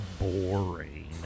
boring